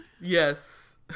Yes